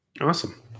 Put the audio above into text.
awesome